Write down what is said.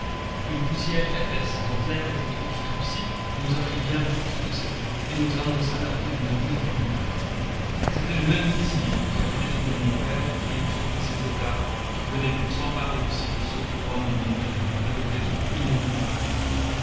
une poussière épaisse dont l'air était obscurci nous apprit bientôt ce que c'était et nous annonça l'arrivée d'une armée formidable c'était le même vizir qui avait détrôné mon père et usurpé ses états qui venait pour s'emparer aussi de ceux du roi mon oncle avec des troupes innombrables